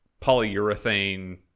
polyurethane